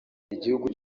igihugu